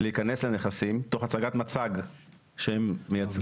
להיכנס לנכסים תוך הצגת מצג שהם מייצגים